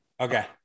Okay